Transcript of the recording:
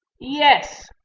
yes!